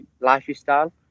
lifestyle